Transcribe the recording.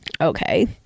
Okay